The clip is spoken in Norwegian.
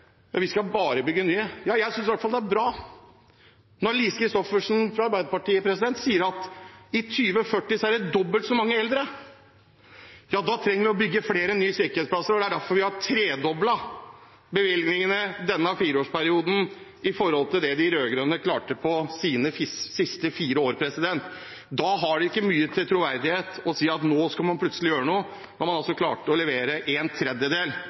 bare skal bygge nye. Jeg synes det i hvert fall er bra at Lise Christoffersen, fra Arbeiderpartiet, sier at i 2040 er det dobbelt så mange eldre. Da trenger vi å bygge flere nye sykehjemsplasser, og det er derfor vi har tredoblet bevilgningene denne fireårsperioden i forhold til det de rød-grønne klarte på sine siste fire år. Det er ikke mye troverdighet i å si at man nå plutselig skal gjøre noe, når man klarte å levere en tredjedel